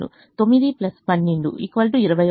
9 12 21 లభిస్తుంది